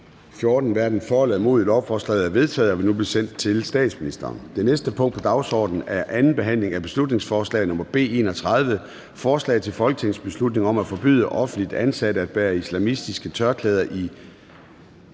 14 (DD og KF). Lovforslaget er vedtaget og vil nu blive sendt til statsministeren. --- Det næste punkt på dagsordenen er: 18) 2. (sidste) behandling af beslutningsforslag nr. B 31: Forslag til folketingsbeslutning om at forbyde offentligt ansatte at bære islamiske tørklæder i